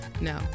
No